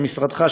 של משרדך,